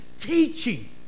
teaching